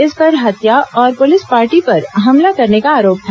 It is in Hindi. इस पर हत्या और पुलिस पार्टी पर हमला करने का आरोप था